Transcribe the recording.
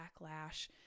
backlash